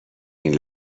این